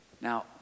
Now